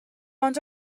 ond